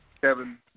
Kevin